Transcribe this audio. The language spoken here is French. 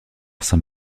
saint